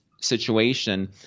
situation